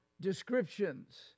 descriptions